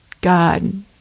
God